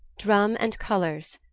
drum and colours.